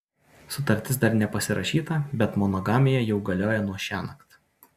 sutartis dar nepasirašyta bet monogamija jau galioja nuo šiąnakt